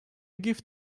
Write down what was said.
gift